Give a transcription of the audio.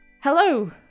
hello